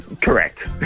Correct